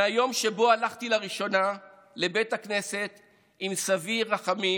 מהיום שבו הלכתי לראשונה לבית הכנסת עם סבי רחמים,